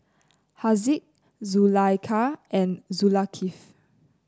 Haziq Zulaikha and Zulkifli